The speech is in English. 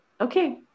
okay